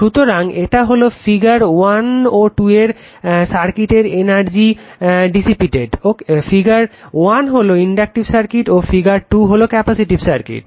সুতরাং এটা হলো ফিগার 1 ও 2 এর সার্কিটের এনার্জি ডিসিপিটেড ফিগার 1 হলো ইনডাকটিভ সার্কিট ও ফিগার 2 হলো ক্যাপাসিটিভ সার্কিট